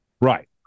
Right